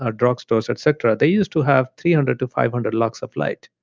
ah drugstores, et cetera, they used to have three hundred to five hundred lux of light,